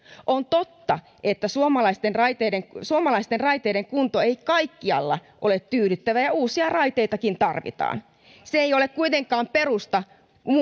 on totta että suomalaisten raiteiden suomalaisten raiteiden kunto ei kaikkialla ole tyydyttävä ja uusia raiteitakin tarvitaan se ei ole kuitenkaan peruste